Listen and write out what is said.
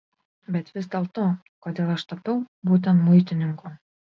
bet vis dėlto kodėl aš tapau būtent muitininku